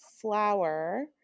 flour